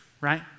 right